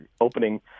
opening